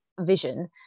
vision